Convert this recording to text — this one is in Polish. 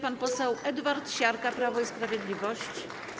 Pan poseł Edward Siarka, Prawo i Sprawiedliwość.